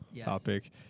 topic